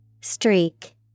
Streak